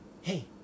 hey